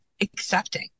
accepting